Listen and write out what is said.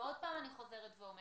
ושוב,